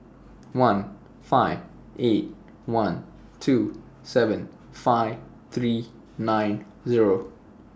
one five eight one two seven five three nine Zero